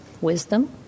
wisdom